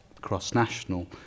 cross-national